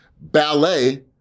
Ballet